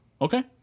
Okay